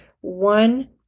one